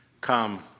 come